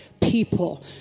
people